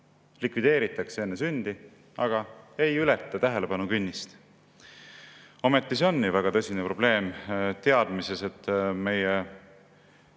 likvideeritakse enne sündi, aga see ei ületa tähelepanukünnist. Ometi see on väga tõsine probleem. Me ju teame, et meie